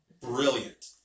brilliant